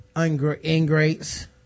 ingrates